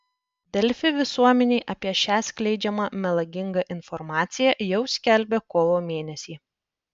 delfi visuomenei apie šią skleidžiamą melagingą informaciją jau skelbė kovo mėnesį